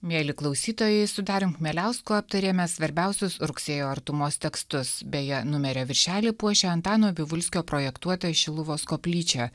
mieli klausytojai su darium chmieliausku aptarėme svarbiausius rugsėjo artumos tekstus beje numerio viršelį puošia antano vivulskio projektuota šiluvos koplyčia